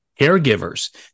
caregivers